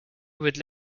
would